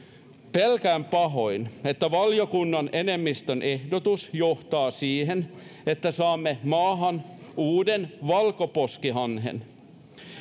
pelkään pahoin että valiokunnan enemmistön ehdotus johtaa siihen että saamme maahan uuden valkoposkihanhen